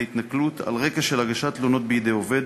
התנכלות על רקע של הגשת תלונות בידי עובד,